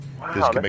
Wow